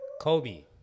Kobe